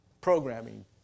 programming